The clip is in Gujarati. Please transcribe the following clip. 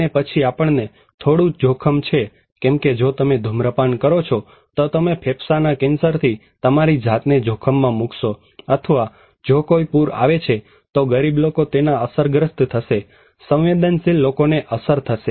અને પછી આપણને થોડું જોખમ છે કેમ કે જો તમે ધુમ્રપાન કરો છો તો તમે ફેફસાના કેન્સરથી તમારી જાતને જોખમમાં મૂકશોઅથવા જો કોઇ પુર આવે છે તો ગરીબ લોકો તેના અસરગ્રસ્ત થશે સંવેદનશીલ લોકોને અસર થશે